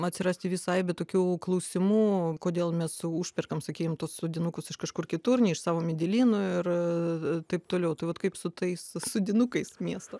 atsirasti visai be tokių klausimų kodėl mes užperkam sakykime sodinukus iš kažkur kitur ne iš savo medelynų ir taip toliau tai vat kaip su tais sodinukais miesto